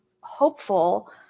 hopeful